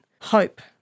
hope